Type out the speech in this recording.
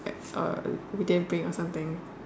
uh we didn't bring or something